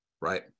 right